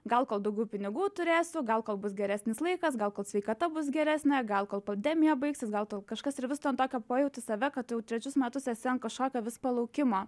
gal kol daugiau pinigų turėsiu gal kol bus geresnis laikas gal kol sveikata bus geresnė gal kol pandemija baigsis gal tau kažkas ir vis tu ant tokio pajauti save kad tu jau trečius metus esi ant kažkokio vis palaukimo